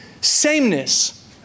sameness